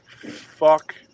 fuck